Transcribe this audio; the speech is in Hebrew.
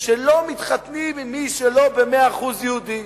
שלא מתחתנים עם מי שלא במאה אחוז יהודי?